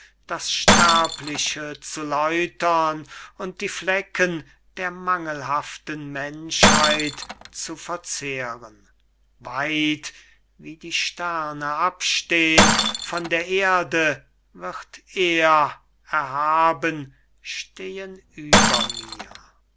das sterbliche zu läutern und die flecken der mangelhaften menschheit zu verzehren weit wie die sterne abstehn von der erde wird er erhaben stehen über mir